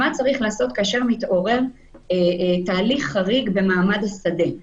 מה צריך לעשות כאשר מתעורר תהליך חריג במעמד השדה.